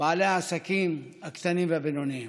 בעלי העסקים הקטנים והבינוניים.